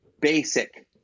basic